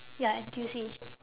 ya N_T_U_C